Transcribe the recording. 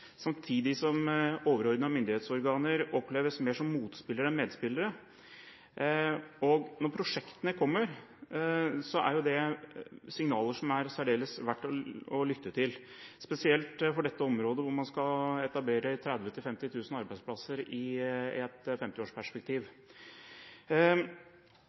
samtidig som overordnede myndighetsorganer oppleves mer som motspillere enn medspillere. Når prosjektene kommer, er det signaler som det er særdeles verdt å lytte til, spesielt for dette området hvor man skal etablere 30 000 til 50 000 arbeidsplasser i et femtiårsperspektiv.